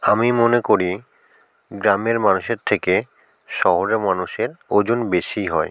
আমি মনে করি গ্রামের মানুষের থেকে শহরের মানুষের ওজন বেশি হয়